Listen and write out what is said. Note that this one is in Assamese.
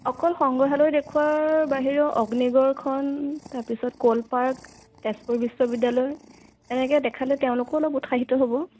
অকল সংগ্ৰহালয় দেখুৱাৰ বাহিৰেও অগ্নিগড়খন তাৰপিছত ক'ল পাৰ্ক তেজপুৰ বিশ্ববিদ্যালয় এনেকৈ দেখালে তেওঁলোকো অলপ উৎসাহিত হ'ব